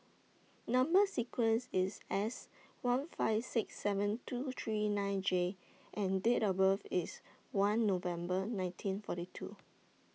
Number sequence IS S one five six seven two three nine J and Date of birth IS one November nineteen forty two